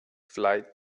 flight